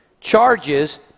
Charges